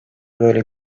böyle